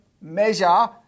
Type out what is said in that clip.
measure